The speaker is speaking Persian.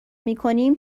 میکنیم